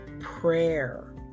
prayer